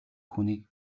хүнийг